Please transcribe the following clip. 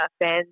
fans